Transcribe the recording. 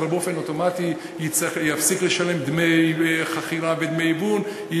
אבל באופן אוטומטי הוא יפסיק לשלם דמי חכירה ודמי היוון,